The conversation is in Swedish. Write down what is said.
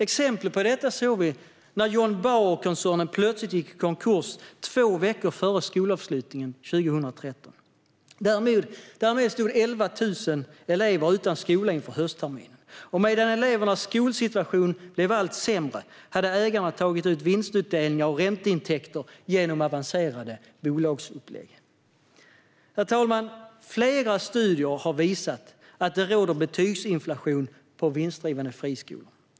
Exempel på detta såg vi när John Bauer-koncernen plötsligt gick i konkurs två veckor före skolavslutningen 2013. Därmed stod 11 000 elever utan skola inför höstterminen. Och medan elevernas skolsituation blivit allt sämre hade ägarna tagit av vinstutdelningar och ränteintäkter genom avancerade bolagsupplägg. Herr talman! Flera studier har visat att det råder betygsinflation på vinstdrivande friskolor.